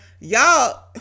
y'all